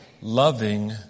loving